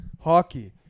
Hockey